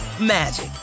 magic